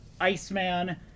Iceman